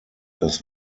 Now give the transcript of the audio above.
das